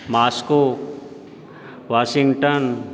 Moscow Washington